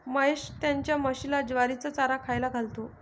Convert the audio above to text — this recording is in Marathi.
महेश त्याच्या म्हशीला ज्वारीचा चारा खायला घालतो